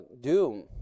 doom